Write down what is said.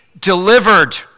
delivered